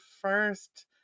first